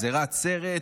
בהשקה הייתה גזירת סרט.